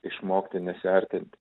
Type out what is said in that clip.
išmokti nesiartinti